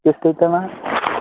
ಎಷ್ಟು ಐತಿ ಅಣ್ಣ